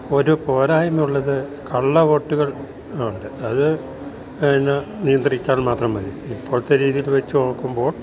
ഒരു പോരായ്മ ഉള്ളത് കള്ള ഓട്ട്കൾ ഉണ്ട് അത് അയ്ന് നിയന്ത്രിച്ചാൽ മാത്രം മതി ഇപ്പൊഴ്ത്തെ രീതീല് വെച്ച് നോക്ക്മ്പോൾ